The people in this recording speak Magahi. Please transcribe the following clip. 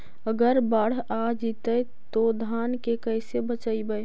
अगर बाढ़ आ जितै तो धान के कैसे बचइबै?